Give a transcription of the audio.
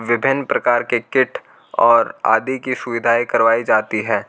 विभिन्न प्रकार के किट और आदि की सुविधाएं करवाई जाती हैं